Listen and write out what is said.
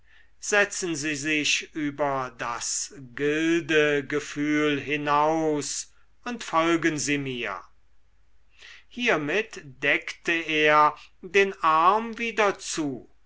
setzen sie sich über das gildegefühl hinaus und folgen sie mir hiemit deckte er den arm wieder zu